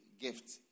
gift